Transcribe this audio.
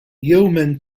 yeoman